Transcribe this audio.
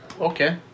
Okay